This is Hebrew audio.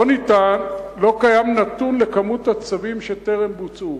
לא קיים נתון על כמות הצווים שטרם בוצעו.